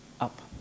up